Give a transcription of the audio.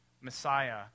Messiah